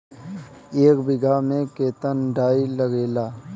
एक बिगहा में केतना डाई लागेला?